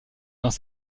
dans